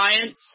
science